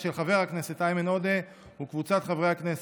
של חבר הכנסת איימן עודה וקבוצת חברי הכנסת,